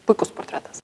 puikus portretas